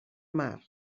mar